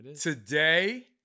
today